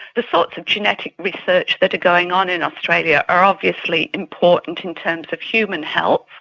the sorts of genetic research that are going on in australia are obviously important in terms of human health,